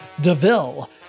DeVille